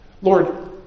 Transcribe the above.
Lord